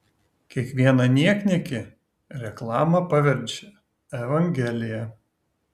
kiekvieną niekniekį reklama paverčia evangelija